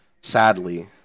sadly